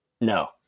No